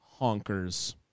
Honkers